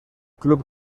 club